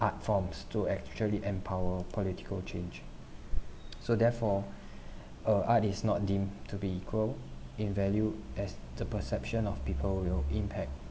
art forms to actually empower political change so therefore uh art is not deemed to be equal in value as the perception of people will impact